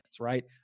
right